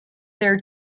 there